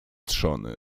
trzony